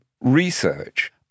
research